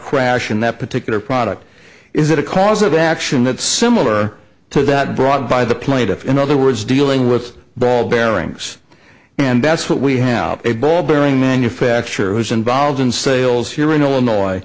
crash in that particular product is that a cause of action that's similar to that brought by the plaintiff in other words dealing with ball bearings and that's what we have a ball bearing manufacturer who's involved in sales here in illinois